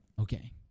Okay